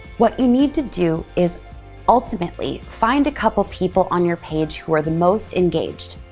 what you need to do is ultimately find a couple people on your page who are the most engaged.